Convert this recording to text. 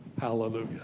Hallelujah